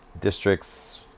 districts